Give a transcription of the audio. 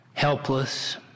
helpless